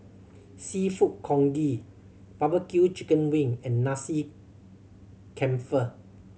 Seafood Congee barbecue chicken wing and Nasi Campur